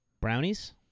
brownies